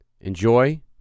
enjoy